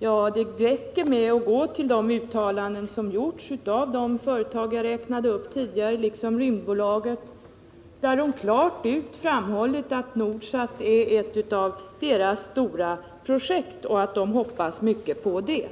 Jo, det räcker med att studera de uttalanden som gjorts av de företag som jag tidigare räknade upp, t.ex. Rymdbolaget, som klart framhåller att Nordsat är ett av företagets största projekt och att man hoppas mycket på det.